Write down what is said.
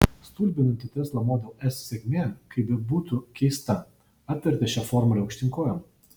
stulbinanti tesla model s sėkmė kaip bebūtų keista apvertė šią formulę aukštyn kojom